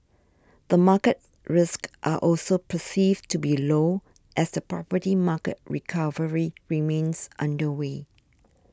the market risks are also perceived to be low as the property market recovery remains underway